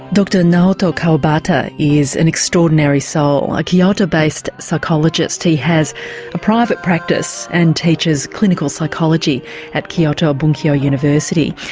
dr naoto kawabata is an extraordinary soul. a kyoto based psychologist, he has a private practice and teaches clinical psychology at kyoto bunkyo university.